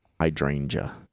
hydrangea